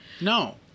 No